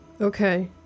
Okay